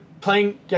playing